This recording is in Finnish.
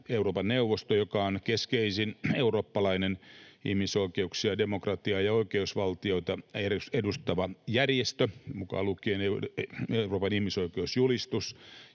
Euroopan neuvosto on keskeisin eurooppalainen ihmisoikeuksia, demokratiaa ja oikeusvaltiota, mukaan lukien Euroopan ihmisoikeuksien julistus,